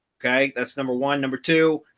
okay, that's number one. number two,